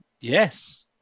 Yes